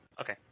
Okay